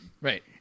Right